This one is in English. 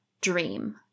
Dream